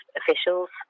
officials